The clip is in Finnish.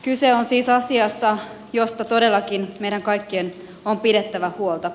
kyse on siis asiasta josta todellakin meidän kaikkien on pidettävä huolta